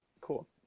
Cool